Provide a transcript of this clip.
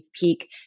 peak